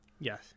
Yes